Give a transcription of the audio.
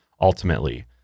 ultimately